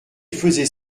faisait